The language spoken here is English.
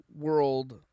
world